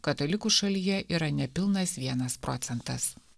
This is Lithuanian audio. katalikų šalyje yra nepilnas vienas procentas